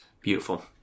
Beautiful